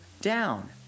down